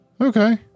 Okay